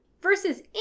versus